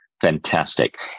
Fantastic